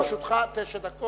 לרשותך תשע דקות.